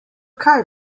kaj